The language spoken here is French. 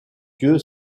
dieu